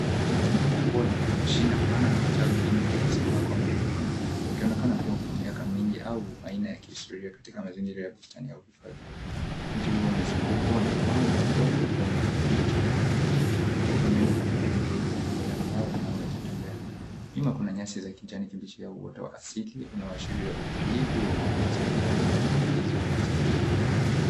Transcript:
Mti huu mkubwa na una shina pana na matawi mengi yanayosambaa kwa mivuko ukionekana kuwa wa miaka mingi au aina ya historia katika mazingira ya bustani ya uhifadhi. Mti huu umezungukwa na mawe madogo kwenye kitanda cha udongo huku pembeni ikionekana njia iliopigwa lami na mawe ya kutembea. Nyuma kuna nyasi za kijani kibichi au uoto wa asili unaoashiria utulivu wa mazingira na uhalisi wa mazingira.